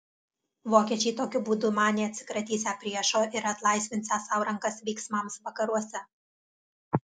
vokiečiai tokiu būdu manė atsikratysią priešo ir atlaisvinsią sau rankas veiksmams vakaruose